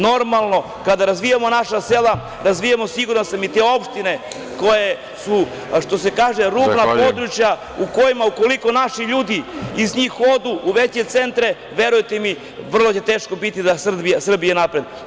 Normalno kada razvijamo naša sela, razvijamo, siguran sam, i te opštine koje su, što se kaže, rubna područja u kojima ukoliko naši ljudi iz njih odu u veće centre, verujte mi, vrlo će teško biti da Srbija napreduje.